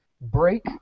break